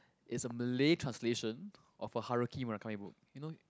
is a Malay translation of a Haruki-Murakami book you know